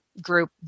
group